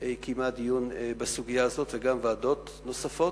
קיימה דיון בסוגיה הזאת וגם ועדות נוספות.